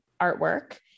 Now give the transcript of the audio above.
artwork